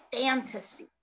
fantasy